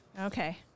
Okay